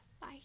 Bye